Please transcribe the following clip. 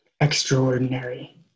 extraordinary